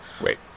Wait